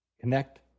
Connect